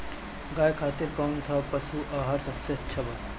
गाय खातिर कउन सा पशु आहार सबसे अच्छा बा?